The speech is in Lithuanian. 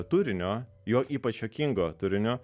turinio jo ypač juokingo turinio